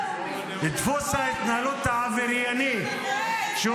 דפוס ההתנהלות העברייני -- לא מבין אותך.